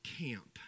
camp